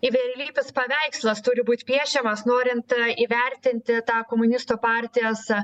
įvairialypis paveikslas turi būt piešiamas norint įvertinti tą komunistų partijos